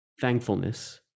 thankfulness